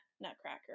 nutcracker